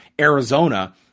Arizona